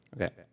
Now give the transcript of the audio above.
Okay